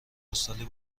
پستالی